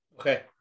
Okay